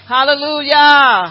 Hallelujah